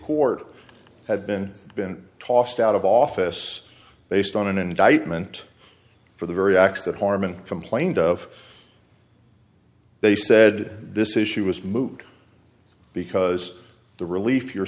court had been been tossed out of office based on an indictment for the very acts that harmon complained of they said this issue is moot because the relief you're